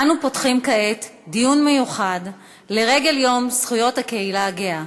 אנו פותחים כעת דיון מיוחד לרגל יום זכויות הקהילה הגאה.